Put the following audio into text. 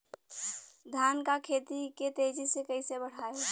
धान क खेती के तेजी से कइसे बढ़ाई?